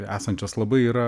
esančios labai yra